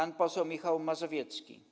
Pan poseł Michał Mazowiecki.